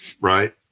right